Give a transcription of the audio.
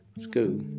school